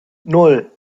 nan